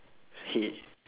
hay